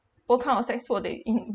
what kind of sex work they're in